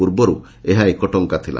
ପୂର୍ବରୁ ଏହା ଏକ ଟଙ୍କା ଥିଲା